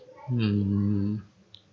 um